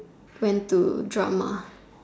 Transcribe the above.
went to drama